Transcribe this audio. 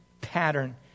pattern